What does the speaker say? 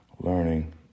learning